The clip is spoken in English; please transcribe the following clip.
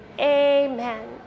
Amen